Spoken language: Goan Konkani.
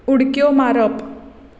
उडक्यो मारप